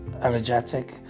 energetic